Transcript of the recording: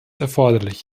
erforderlich